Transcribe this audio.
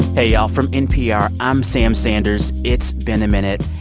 hey, y'all. from npr, i'm sam sanders. it's been a minute.